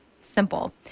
simple